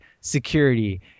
security